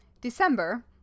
December